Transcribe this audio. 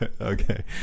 Okay